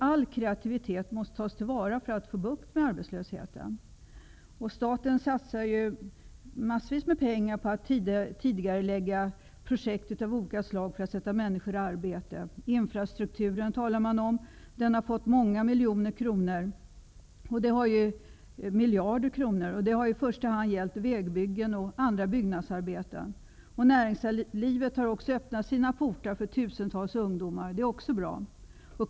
All kreativitet måste tas till vara för att vi skall få bukt med arbetslösheten. Staten satsar massvis med pengar på att tidigarelägga projekt av olika slag för att sätta människor i arbete. Infrastrukturen, som det talas om, har fått många miljarder, och det har i första hand gällt vägbyggen och andra byggnadsarbeten. Näringslivet har också öppnat sina portar för tusentals unga, och även det är bra.